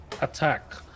attack